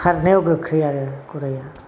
खारनायाव गोख्रै आरो गराया